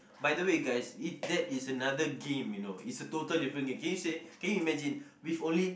by the way guys if that is another game you know it's a total different game can you say can you imagine with only